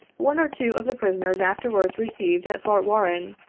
one or two of the prisoners afterwards received, at fort warren,